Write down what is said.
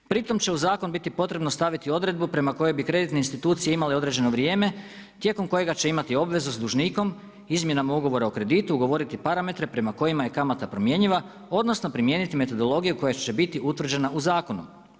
Pri tome će u zakon biti potrebno staviti odredbu prema kojoj bi kreditne institucije imale određeno vrijeme tijekom kojega će imati obvezu sa dužnikom, izmjenama ugovora o kreditu ugovoriti parametre prema kojima je kamata primjenjiva odnosno primijeniti metodologiju koja će biti utvrđena u zakonu.